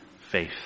faith